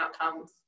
outcomes